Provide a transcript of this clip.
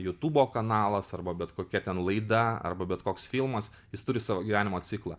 jutubo kanalas arba bet kokia ten laida arba bet koks filmas jis turi savo gyvenimo ciklą